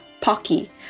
Pocky